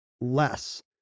less